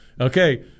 Okay